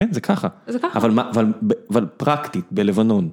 כן, זה ככה.זה ככה. אבל פרקטית, בלבנון.